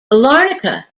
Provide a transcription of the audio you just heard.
larnaca